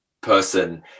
person